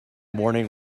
morning